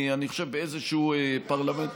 אני חושב, באיזשהו פרלמנט.